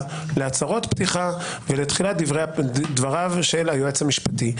להצהרות פתיחה ולתחילת דבריו של היועץ המשפטי.